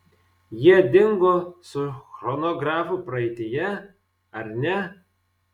jie dingo su chronografu praeityje ar ne